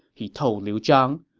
he told liu zhang.